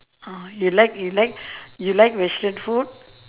oh you like you like you like western food